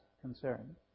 concern